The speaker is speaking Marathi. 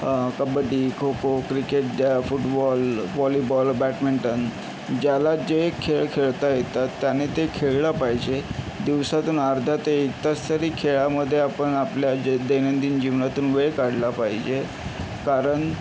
कबड्डी खोखो क्रिकेट द्या फुटबॉल व्हॉलीबॉल बॅटमेंटन ज्याला जे खेळ खेळता येतात त्याने ते खेळलं पाहिजे दिवसातून अर्धा ते एक तास तरी खेळामध्ये आपण आपल्या दैनंदिन जीवनातून वेळ काढला पाहिजे कारण